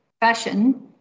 fashion